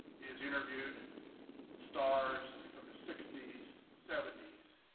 he has interviewed stars of the sixty s, seventy s,